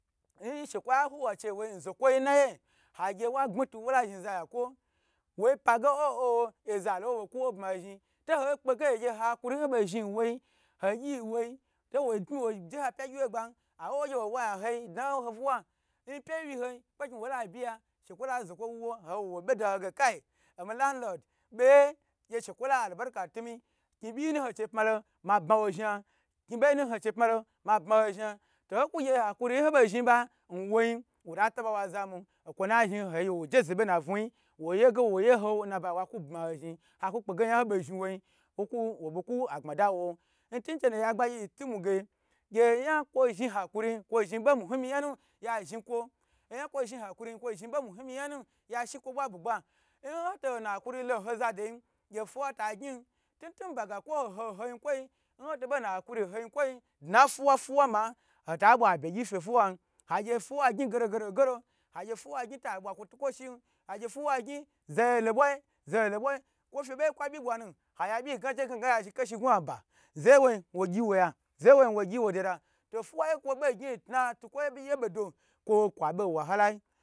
Nshekwo uwachei n zokwoyi naye hagye wa gbni tu wola zhi za yakwo wo pa ge oh oh oze lo wo bo kuwo bma zhi to ho kpegey gye hakuri ho bo zhni nwor ho gyi nwoi to wo pmi wo je ha pya gyiwye gban awuwo nge wo wayan ho dna ho nfiwa yipyeyi kpekni wo la biya shekwo la zokwo wu wo ogye wo be da ho wo zokwo wuwo ogye wo be da ho wo chige omi landlord be she shekwo la arberika tumi kni byi yi ho che pmalo ma bma wo zha, kni bo yina ho che pma lo ma bma ho zha to ho ku gye hakuri hobe zhni ba nwon wo la taba wa zamu kwo ku bma ho zhni haku pke ge oya n ho bo zhi wa yin wobo ku agbada won tunche oya gbagyi gye yan kwo zhni hokuri yin kwo zhni bo miyimi yan nu ya zhi kwo oyan kwo zhni hakuri yin obo miyimiyanu yashi kwo bwa nbugba nn hotane hakuri lon nho zadoyi gye gye fuwa ta gyn to ba tun nho nnho yin kwoi, nhoto bo na hakuri nhoyi kwoyi dna fawa fiwa ma hota bwa abge gyi n fefuwan, hagye fiwa gyn goro goro goro agyi fiwa gyn ta abwa kwo tukwo shin agye fuwa gyn zeyelo bwa zeye lo bwai kwo fe bokwa byi bwanu agye byi ga je gaga yi ya zhi n gunaba zeye woyi wogyi wo ya zeye woyi wogye wo dida, to fiwa kwo bo gni n kna tukwo ye bodo kwo kwa benwalai.